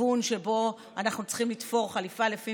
לכיוון שבו אנחנו צריכים לתפור חליפה לפי